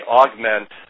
augment